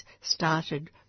started